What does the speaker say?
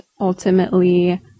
ultimately